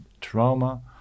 trauma